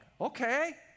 okay